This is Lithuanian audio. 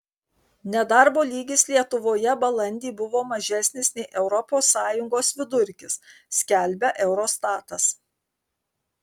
nedarbo lygis lietuvoje balandį buvo mažesnis nei europos sąjungos vidurkis skelbia eurostatas